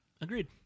Agreed